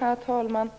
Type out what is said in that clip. Herr talman!